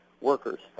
workers